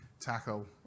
tackle